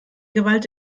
gewalt